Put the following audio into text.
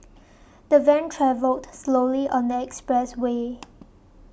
the van travelled slowly on the expressway